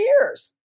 years